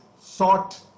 sought